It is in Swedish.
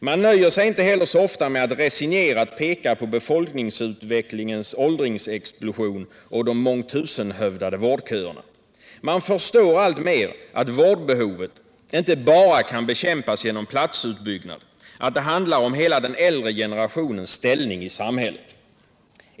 Man nöjer sig inte heller så ofta med att resignerat peka på befolkningsutvecklingens åldringsexplosion och de mångtusenhövdade vårdköerna. Man förstår alltmer att vårdbehovet inte bara kan bekämpas genom platsutbyggnad, att det handlar om hela den äldre generationens ställning i samhället.